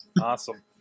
Awesome